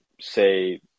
say